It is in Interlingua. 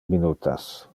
minutas